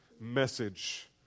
message